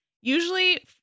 usually